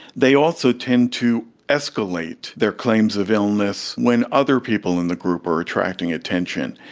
they also tend to escalate their claims of illness when other people in the group are attracting attention.